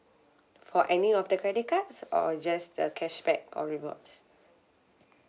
for any of the credit cards or just the cashback or rewards